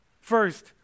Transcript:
First